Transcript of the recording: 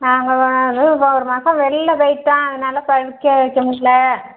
நாங்கள் எல்லாேரும் ஒரு மாதம் வெளில போய்விட்டோம் அதனால படிக்க வைக்க முடில்ல